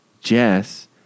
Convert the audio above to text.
Jess